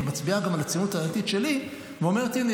ומצביעה גם על הציונות הדתית שלי ואומרת: הינה,